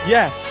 Yes